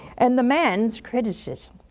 and the man's criticism.